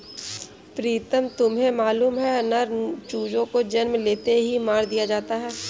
प्रीतम तुम्हें मालूम है नर चूजों को जन्म लेते ही मार दिया जाता है